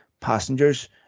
passengers